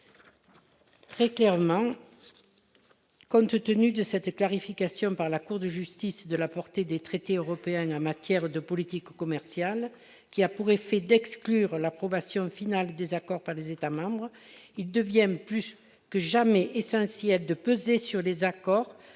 Très clairement, ce compte tenu de sa et clarification par la Cour de justice de la portée des traités européens en matière de politique commerciale qui a pour effet d'exclure l'approbation finale des accords par les États-membres et deviennent plus que jamais et c'est ainsi de peser sur les accords